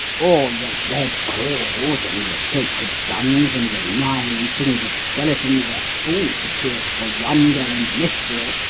all your red crawls and your sacred sons and your nine-fingered skeletons are fools to it for wonder and mystery.